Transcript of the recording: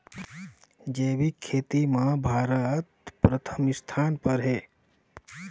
जैविक खेती म भारत प्रथम स्थान पर हे